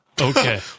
Okay